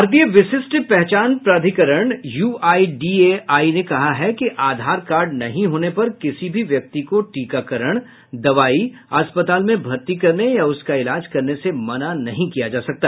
भारतीय विशिष्ट पहचान प्राधिकरण यूआईडीएआई ने कहा है कि आधार कार्ड नहीं होने पर किसी भी व्यक्ति को टीकाकरण दवाई अस्पताल में भर्ती करने या उसका इलाज करने से मना नहीं किया जा सकता